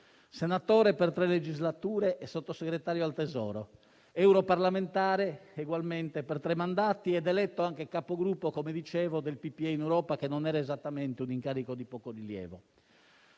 senatore per tre legislature e Sottosegretario al tesoro, europarlamentare per tre mandati ed eletto anche Capogruppo del Partito Popolare in Europa (che non è esattamente un incarico di poco rilievo).